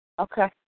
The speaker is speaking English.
Okay